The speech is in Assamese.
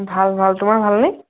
ভাল ভাল তোমাৰ ভালনে